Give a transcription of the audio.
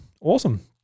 awesome